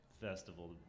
Festival